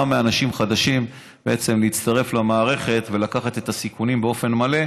מאנשים חדשים להצטרף למערכת ולקחת את הסיכונים באופן מלא.